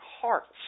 hearts